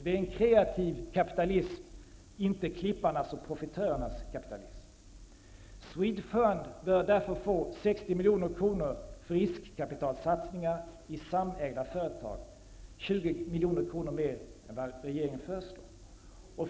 Det är kreativ kapitalism, inte klipparnas och profitörernas kapitalism. Swedfund bör få 60 milj.kr. för riskkapitalsatsningar i samägda företag, 20 milj.kr. mer än vad regeringen föreslår.